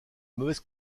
mauvaises